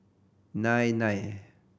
nine nine